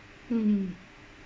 mm